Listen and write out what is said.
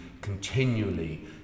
continually